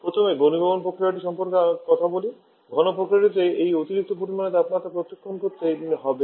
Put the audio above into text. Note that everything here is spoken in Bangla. প্রথমে ঘনীভবন প্রক্রিয়া সম্পর্কে কথা বলি ঘন প্রক্রিয়াতে এই অতিরিক্ত পরিমাণের তাপকে প্রত্যাখ্যান করতে হবে